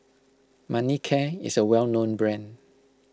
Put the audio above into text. Manicare is a well known brand